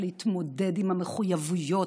להתמודד עם המחויבויות,